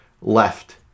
left